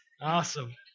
awesome